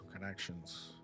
Connections